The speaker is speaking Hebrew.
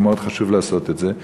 ומאוד חשוב לעשות את זה,